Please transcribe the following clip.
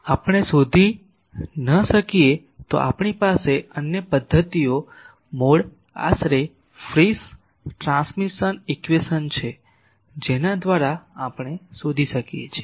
પરંતુ જો આપણે શોધી ન શકીએ તો આપણી પાસે અન્ય પદ્ધતિઓ મોડ આશરે ફ્રીસ ટ્રાન્સમિશન ઇક્વેશન છે જેના દ્વારા આપણે શોધી શકીએ છીએ